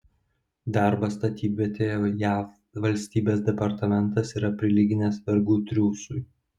darbą statybvietėje jav valstybės departamentas yra prilyginęs vergų triūsui